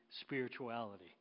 spirituality